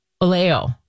Oleo